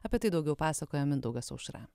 apie tai daugiau pasakoja mindaugas aušra